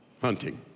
hunting